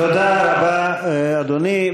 תודה רבה, אדוני.